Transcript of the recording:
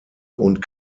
und